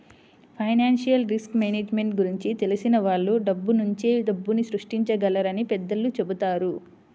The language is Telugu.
ఫైనాన్షియల్ రిస్క్ మేనేజ్మెంట్ గురించి తెలిసిన వాళ్ళు డబ్బునుంచే డబ్బుని సృష్టించగలరని పెద్దలు చెబుతారు